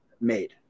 made